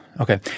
okay